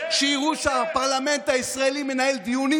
שיראו שהפרלמנט הישראלי מנהל דיונים